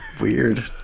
Weird